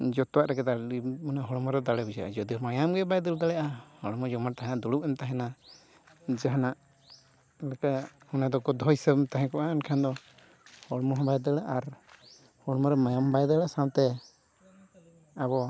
ᱡᱚᱛᱚᱣᱟᱜ ᱨᱮᱜᱮ ᱫᱟᱲᱮ ᱢᱟᱱᱮ ᱦᱚᱢᱚᱨᱮ ᱫᱟᱲᱮ ᱵᱩᱡᱷᱟᱹᱜᱼᱟ ᱡᱩᱫᱤ ᱢᱟᱭᱟᱢᱜᱮ ᱵᱟᱭ ᱫᱟᱹᱲ ᱫᱟᱲᱮᱭᱟᱜᱼᱟ ᱦᱚᱲᱢᱚ ᱡᱮᱢᱚᱱ ᱛᱟᱦᱮᱱᱟ ᱫᱩᱲᱩᱵ ᱮᱢ ᱛᱟᱦᱮᱱᱟ ᱡᱟᱦᱟᱱᱟᱜ ᱞᱮᱠᱟ ᱚᱱᱟ ᱫᱚᱠᱚ ᱫᱚᱦᱚᱥᱥᱟ ᱛᱟᱦᱮᱸ ᱠᱚᱜᱼᱟ ᱮᱱᱠᱷᱟᱱᱫᱚ ᱦᱚᱲᱢᱚ ᱦᱚᱸ ᱵᱟᱭ ᱫᱟᱹᱲᱟ ᱟᱨ ᱦᱚᱲᱢᱚᱨᱮ ᱢᱟᱭᱟᱢ ᱵᱟᱭ ᱫᱟᱹᱲᱟ ᱥᱟᱶᱛᱮ ᱟᱵᱚ